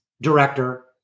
director